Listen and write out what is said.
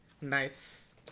Nice